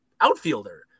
outfielder